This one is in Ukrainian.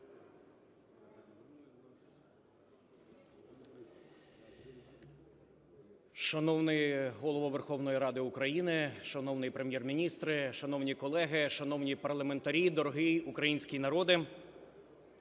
Шановний Голово Верховної Ради України, шановний Прем'єр-міністре, шановні колеги, шановні парламентарі, дорогий український народе!